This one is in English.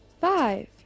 five